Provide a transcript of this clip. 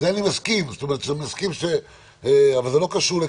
עם זה אני מסכים, אבל זה לא קשור לכאן.